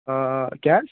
آ آ کیٛاہ حظ